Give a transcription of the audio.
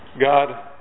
God